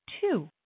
two